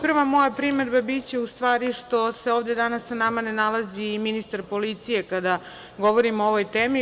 Prva moja primedba biće, u stvari, što se ovde danas sa nama ne nalazi ministar policije kada govorimo o ovoj temi.